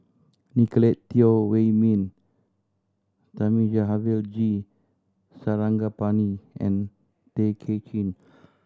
Nicolette Teo Wei Min Thamizhavel G Sarangapani and Tay Kay Chin